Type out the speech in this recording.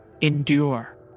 Endure